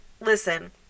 listen